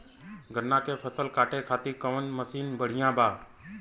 गन्ना के फसल कांटे खाती कवन मसीन बढ़ियां बा?